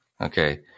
Okay